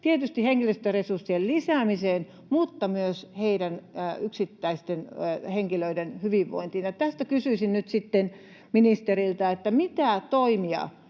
tietysti henkilöstöresurssien lisäämiseen mutta myös yksittäisten henkilöiden hyvinvointiin. Tästä kysyisin nyt sitten ministeriltä: mitä toimia